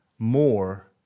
more